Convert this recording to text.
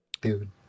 Dude